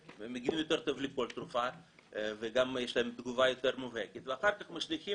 מגיבים יותר טוב לכל תרופה וגם יש להם תגובה יותר מובהקת ואחר כך משליכים